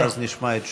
ואז נשמע את תשובתו.